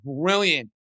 brilliant